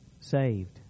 saved